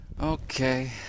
okay